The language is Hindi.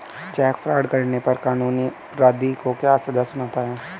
चेक फ्रॉड करने पर कानून अपराधी को क्या सजा सुनाता है?